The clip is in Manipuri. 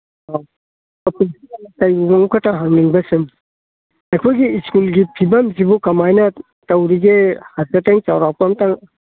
ꯄ꯭ꯔꯤꯟꯁꯤꯄꯥꯜꯗ ꯀꯩꯒꯨꯝꯕ ꯑꯃꯈꯛꯇ ꯍꯪꯅꯤꯡꯕ ꯁꯨꯝ ꯑꯩꯈꯣꯏꯒꯤ ꯁ꯭ꯀꯨꯜꯒꯤ ꯐꯤꯕꯝꯁꯤꯕꯨ ꯀꯃꯥꯏꯅ ꯇꯧꯔꯤꯒꯦ ꯍꯥꯏꯐꯦꯠꯇꯪ ꯆꯧꯔꯥꯛꯄ ꯑꯝꯇꯪ